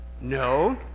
No